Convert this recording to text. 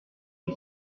cet